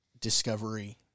Discovery